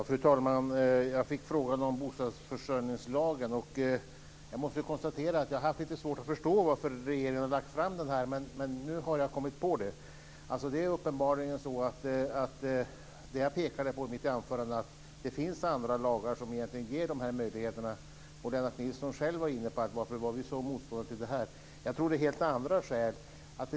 Fru talman! Jag fick en fråga om bostadsförsörjningslagen. Jag måste erkänna att jag haft lite svårt att förstå varför regeringen har lagt fram den, men nu har jag kommit på det. Jag pekade i mitt anförande på att det finns andra lagar som ger samma möjligheter. Lennart Nilsson undrade varför vi är motståndare till det här lagförslaget.